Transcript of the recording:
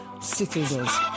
citizens